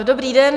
Dobrý den.